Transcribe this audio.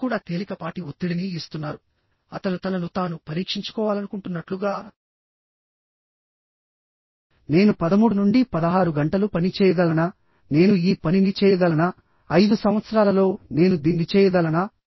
మీరు కూడా తేలికపాటి ఒత్తిడిని ఇస్తున్నారు అతను తనను తాను పరీక్షించుకోవాలనుకుంటున్నట్లుగానేను 13 నుండి 16 గంటలు పని చేయగలనా నేను ఈ పనిని చేయగలనా 5 సంవత్సరాలలో నేను దీన్ని చేయగలనా